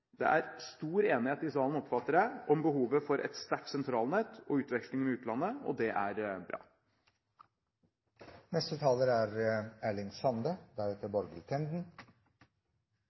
Det er stor enighet i salen, oppfatter jeg, om behovet for et sterkt sentralnett og utveksling med utlandet, og det er